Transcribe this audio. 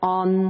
on